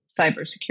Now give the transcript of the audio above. cybersecurity